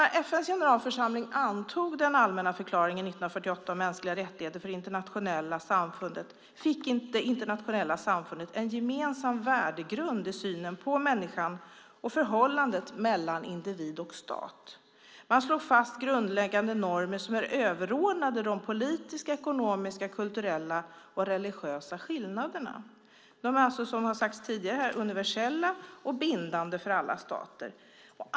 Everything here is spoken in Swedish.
När FN:s generalförsamling antog den allmänna förklaringen 1948 om mänskliga rättigheter fick det internationella samfundet en gemensam värdegrund i synen på människan och förhållandet mellan individ och stat. Man slog fast grundläggande normer som är överordnade de politiska, ekonomiska, kulturella och religiösa skillnaderna. De är alltså, som har sagts tidigare här, universella och bindande för alla stater.